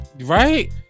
right